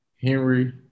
Henry